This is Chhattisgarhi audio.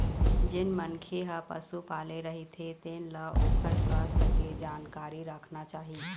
जेन मनखे ह पशु पाले रहिथे तेन ल ओखर सुवास्थ के जानकारी राखना चाही